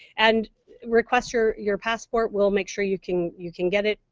and request your your passport. we'll make sure you can you can get it,